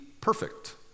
perfect